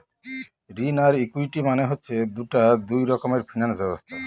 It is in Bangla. ঋণ আর ইকুইটি মানে হচ্ছে দুটা দুই রকমের ফিনান্স ব্যবস্থা